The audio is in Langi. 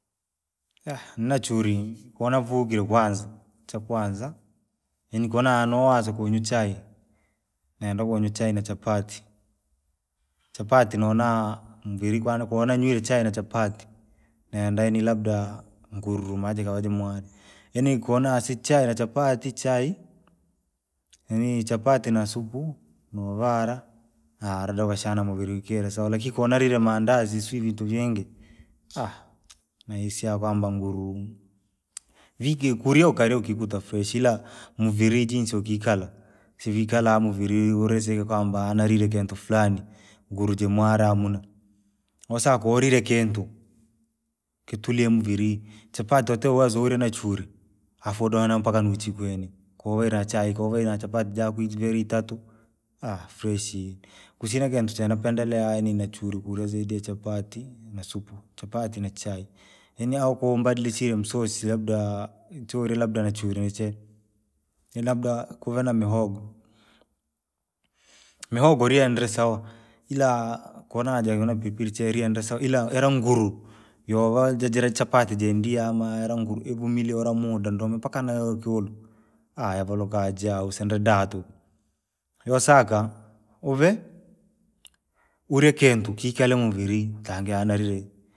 nachuni, konavukire kwanza, chakwaza, yaani konaa nawaza kunywa chai, nayinda`kunywa ichai na chapatti. Chapatti nonaa mvirii kwane konanywire chai na chapatti, nayenda yani labda, unkuruu maajikawa jimware, yai konaa sichai na chapatti chai, yaani chapatti na supu, novaa, nahara ukashana muviri akire sawa lakini konariri mandazi sijui vintu vingi. nahusi kwamba nguruu, vikituriyo ukariyo ukikuta freshi, ila muviri jinsi ukikala, siukikala muvirii urisi kwamba nariri kintu flani. Ngaru jimware hamuna, nasaa korire kintu, kitulie muviri, chapatti watii uwezo urie nachuri, afu udome nazo mpaka nuchiko yenii, kouwire chai kouwire na chapatti joko ijivii, itatu, freshi, kusina kintu chenapendelia yaani nechuru kurya zaidi ya chapatti na supu. Chapatti na chai, yanii hao konibadilishiri msasi labdaa! Chorie labda nachuri niche, ni labda kuve na mihogo, mihogo nirindri sawa, ilaa konajaa na piripiri cheerie dri sawa ila ire nguru, yosaa ji- jiri chapatti jingi yamaa languru ivumilia uremuda ndome mpaka nayoikulu. yasaluka yajaa usindidaa tuku, yosakaa, uvee, urii kintu kikala muviri kangaa narire.